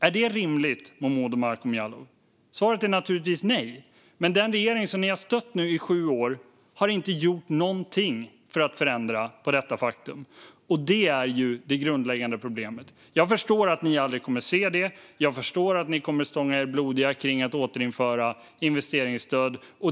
Är det rimligt, Momodou Malcolm Jallow? Svaret är naturligtvis nej, men den regering ni har stött i sju år har inte gjort någonting för att förändra detta faktum. Det är ju det grundläggande problemet. Jag förstår att ni aldrig kommer att se det, och jag förstår att ni kommer att stånga er blodiga för att återinföra investeringsstöd.